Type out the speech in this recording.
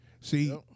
See